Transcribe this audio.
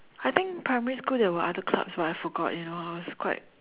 I think primary school there were other clubs but I forgot you know I was quite